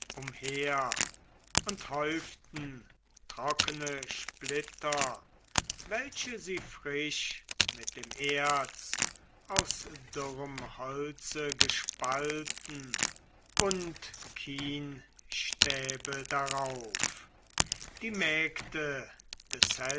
umher und häuften trockene splitter welche sie frisch mit dem erz aus dürrem holze gespalten und kienstäbe darauf die mägde